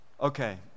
okay